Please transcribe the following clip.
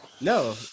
No